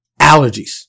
allergies